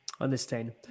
Understand